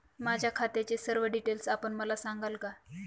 माझ्या खात्याचे सर्व डिटेल्स आपण मला सांगाल का?